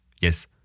Yes